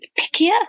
pickier